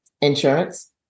insurance